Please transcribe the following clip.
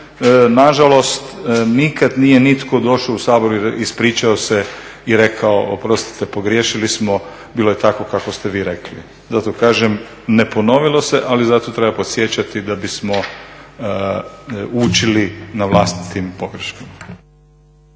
na žalost nikad nije nitko došao u Sabor i ispričao se i rekao oprostite pogriješili smo, bilo je tako kako ste vi rekli. Zato kažem ne ponovilo se, ali zato treba podsjećati da bismo učili na vlastitim pogreškama.